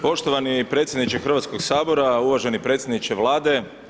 Poštovani predsjedniče Hrvatskog sabora, uvaženi predsjedniče Vlade.